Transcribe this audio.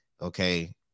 okay